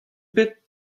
bet